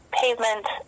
pavement